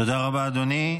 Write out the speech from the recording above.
תודה רבה, אדוני.